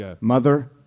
mother